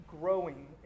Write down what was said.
growing